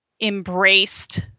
embraced